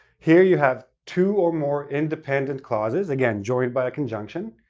here you have two or more independent clauses, again, joined by a conjunction,